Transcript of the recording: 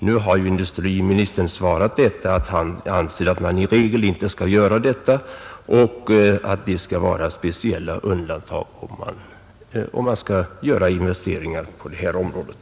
Nu har industriministern svarat att han anser att staten i regel inte skall göra detta, utan att det skall vara speciella undantag, om man skall göra investeringar på det området.